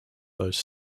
those